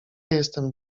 jestem